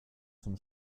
zum